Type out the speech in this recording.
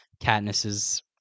Katniss's